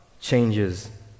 changes